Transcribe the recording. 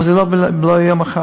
אבל זה לא יהיה מחר.